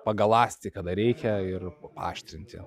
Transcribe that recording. pagaląsti kada reikia ir aštrinti